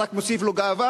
זה רק מוסיף לו גאווה,